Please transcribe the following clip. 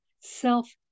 self